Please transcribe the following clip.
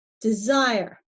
desire